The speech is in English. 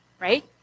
right